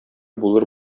булыр